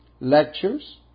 lectures